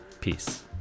Peace